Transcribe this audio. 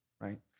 right